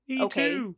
okay